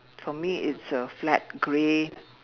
for me it's a flat grey